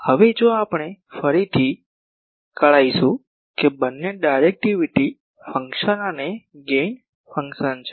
હવે જો આપણે ફરીથી કળાઈશુ કે બંને ડાયરેક્ટિવિટી ફંક્શન અને ગેઇન ફંક્શન છે